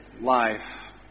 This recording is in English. Life